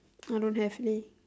I don't have leh